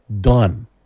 Done